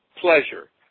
pleasure